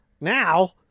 now